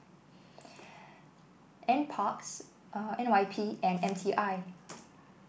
N parks N Y P and M T I